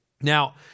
Now